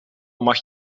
mag